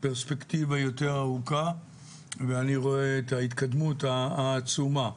פרספקטיבה יותר ארוכה ואני רואה את ההתקדמות העצומה.